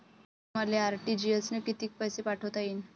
मले आर.टी.जी.एस न कितीक पैसे पाठवता येईन?